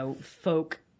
folk